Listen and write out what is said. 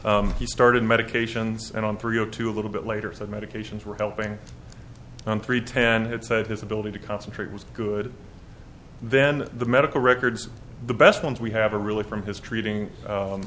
e he started medications and on three o two a little bit later some medications were helping on three ten had said his ability to concentrate was good then the medical records the best ones we have a really from his treating